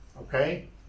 okay